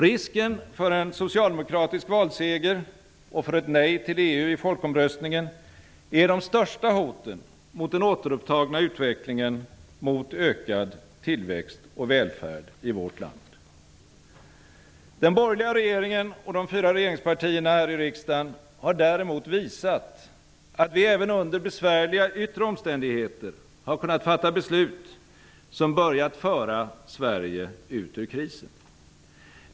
Risken för en socialdemokratisk valseger -- och för ett nej till EU i folkomröstningen -- är de största hoten mot den återupptagna utvecklingen mot ökad tillväxt och välfärd i vårt land. Den borgerliga regeringen och de fyra regeringspartierna här i riksdagen har däremot visat att vi även under besvärliga yttre omständigheter har kunnat fatta beslut, som börjat föra Sverige ut ur krisen.